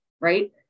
right